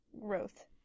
growth